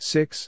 Six